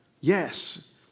Yes